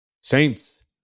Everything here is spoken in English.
Saints